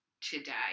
today